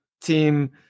team